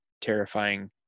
terrifying